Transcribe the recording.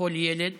לכל ילד